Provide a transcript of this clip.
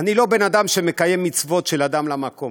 אני לא בן אדם שמקיים מצוות של אדם למקום,